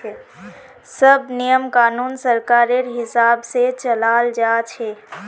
सब नियम कानून सरकारेर हिसाब से चलाल जा छे